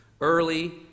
early